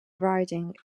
riding